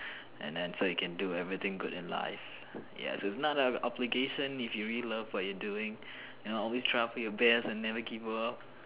and then so you can do everything do good in life ya so it's not an obligation if you really love what you're doing you know always try out for your best and never give up